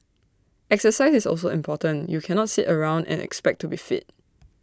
exercise is also important you cannot sit around and expect to be fit